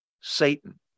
Satan